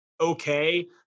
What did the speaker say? okay